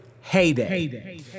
Heyday